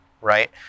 right